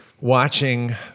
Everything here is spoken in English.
watching